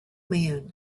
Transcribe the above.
man